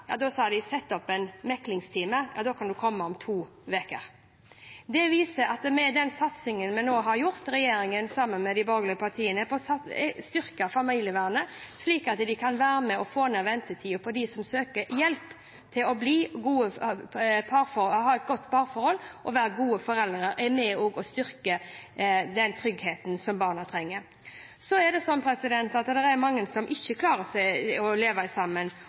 Da sier de: Sett opp en meklingstime – da kan dere komme om to uker. Dette viser at den satsingen regjeringen, sammen med de borgerlige partiene, nå har gjort med å styrke familievernet, kan være med på å få ned ventetiden for dem som søker hjelp til å ha et godt parforhold, være gode foreldre, noe som er med på å styrke den tryggheten som barna trenger. Det er sånn at det er mange som ikke klarer å leve sammen.